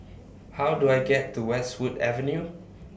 How Do I get to Westwood Avenue